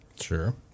Sure